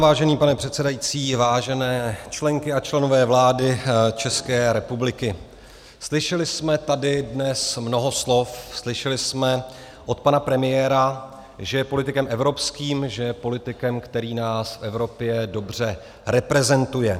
Vážený pane předsedající, vážené členky a členové vlády České republiky, slyšeli jsme tady dnes mnoho slov, slyšeli jsme od pana premiéra, že je politikem evropským, že je politikem, který nás v Evropě dobře reprezentuje.